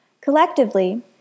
Collectively